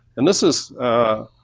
and this is a